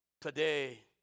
Today